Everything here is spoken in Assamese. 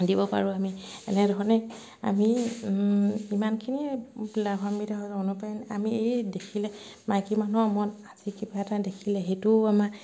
দিব পাৰোঁ আমি এনেধৰণে আমি ও ইমানখিনি লাভান্বিত হয় অনুপ্ৰেণ আমি এই দেখিলে মাইকী মানুহৰ মন আজি কিবা এটা দেখিলে সেইটোও আমাৰ